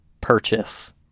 purchase